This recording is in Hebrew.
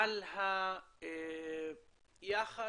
את היחס,